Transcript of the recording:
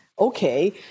Okay